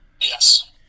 Yes